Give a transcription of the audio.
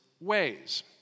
ways